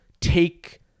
take